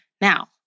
Now